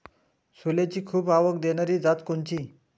सोल्याची खूप आवक देनारी जात कोनची?